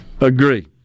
Agree